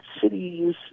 cities